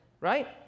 right